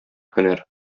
һөнәр